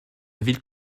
ville